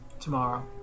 Tomorrow